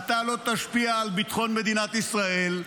אתה לא תשפיע על ביטחון מדינת ישראל,